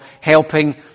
helping